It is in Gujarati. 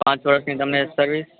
પાંચ વર્ષની તમને સર્વિસ